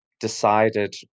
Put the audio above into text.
decided